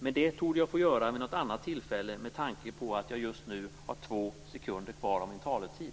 Men det torde jag få göra vid ett annat tillfälle med tanke på att jag just nu har två sekunder kvar av min taletid.